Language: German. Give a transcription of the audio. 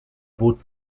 bot